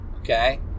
Okay